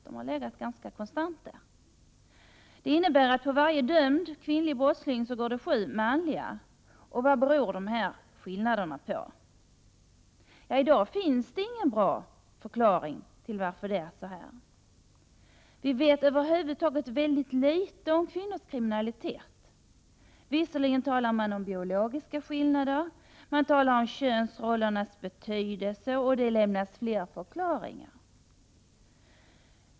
Den har legat ganska konstant på denna nivå. Det innebär att det på varje dömd kvinnlig brottsling går sju manliga. Vad beror de skillnaderna på? I dag finns det ingen bra förklaring till varför det är så här. Vi vet över huvud taget väldigt litet om kvinnors kriminalitet. Visserligen talar man om biologiska skillnader. Man talar om könsrollernas betydelse, och det lämnas fler förklaringar.